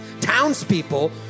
Townspeople